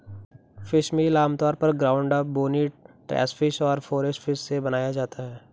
fishmeal आमतौर पर ground up, bony trash fish और फोरेज फिश से बनाया जाता है